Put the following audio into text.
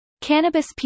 Cannabis